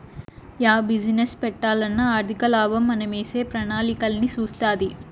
yeah business పెట్టాలన్నా ఆర్థికలాభం మనమేసే ప్రణాళికలన్నీ సూస్తాది